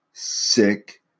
Sick